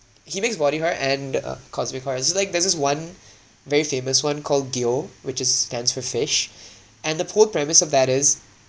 he makes body horror and uh cosmic horror so like there's this one very famous [one] called gyo which is stands for fish and the whole premise of that is